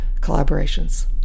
collaborations